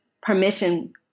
permission